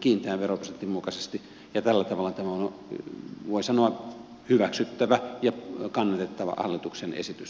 kiinteän veroprosentin mukaisesti ja tällä tavalla tämä on voi sanoa hyväksyttävä ja kannatettava hallituksen esitys